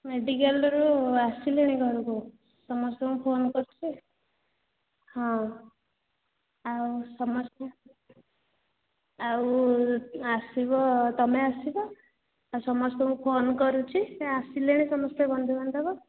medical ରୁ ଆସିଲେଣି ଘରକୁ ସମସ୍ତଙ୍କୁ ଫୋନ କରିଛି ହଁ ଆଉ ସମସ୍ତେ ଆଉ ଆସିବ ତମେ ଆସିବ ଆଉ ସମସ୍ତଙ୍କୁ ଫୋନ କରୁଛି ସେ ଆସିଲେଣି ସମସ୍ତେ ବନ୍ଧୁ ବାନ୍ଧବ